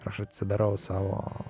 ir aš atsidarau savo